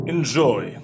Enjoy